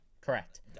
Correct